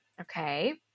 Okay